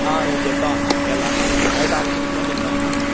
రేపు చెప్తాం అన్న ఇవ్వాల అన్న నైట్ ఆలోచించుకొని చెప్తాం అన్న